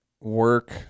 work